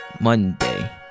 Monday